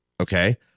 Okay